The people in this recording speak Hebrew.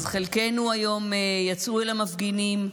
אז חלקנו יצאו היום אל המפגינים,